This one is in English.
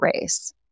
race